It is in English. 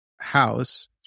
house